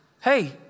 Hey